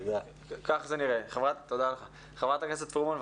חברת הכנסת אורלי פרומן.